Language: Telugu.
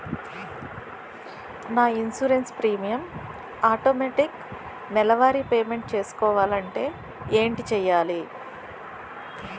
నా ఇన్సురెన్స్ ప్రీమియం ఆటోమేటిక్ నెలవారి పే మెంట్ చేసుకోవాలంటే ఏంటి చేయాలి?